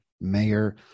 mayor